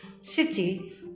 city